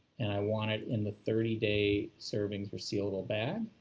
and i want it in the thirty day serving resealable bag.